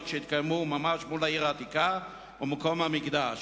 שהתקיימו ממש מול העיר העתיקה ומקום המקדש.